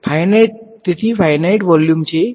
તેથી આ વોલ્યુમ તેથી ક્લોઝ વોલ્યુમ તેથી ફાઈનાઈટ વોલ્યુમ છે